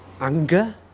anger